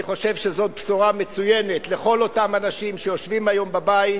אני חושב שזאת בשורה מצוינת לכל אותם אנשים שיושבים היום בבית,